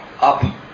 up